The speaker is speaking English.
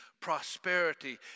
prosperity